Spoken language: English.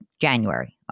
January